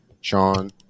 Sean